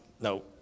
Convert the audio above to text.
no